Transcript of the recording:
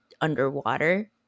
underwater